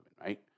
right